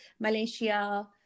Malaysia